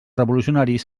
revolucionaris